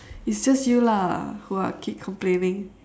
it's just you lah what keep complaining